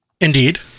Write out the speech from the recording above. Indeed